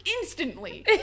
instantly